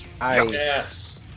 Yes